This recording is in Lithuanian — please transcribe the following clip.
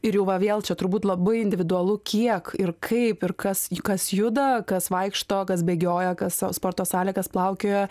ir jau va vėl čia turbūt labai individualu kiek ir kaip ir kas kas juda kas vaikšto kas bėgioja kas sporto salėj kas plaukioja